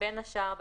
אפידמיולוגית.